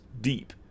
deep